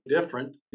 different